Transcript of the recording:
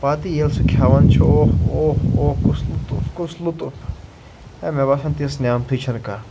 پَتہٕ ییٚلہِ سُہ کھیٚوان چھِ اوٚہ اوٚہ اوٚہ کُس لطف کُس لطف ہے مےٚ باسان تِژھ نعمتھٕے چھَنہٕ کانٛہہ